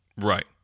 Right